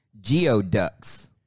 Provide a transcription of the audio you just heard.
Geoducks